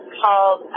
called